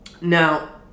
Now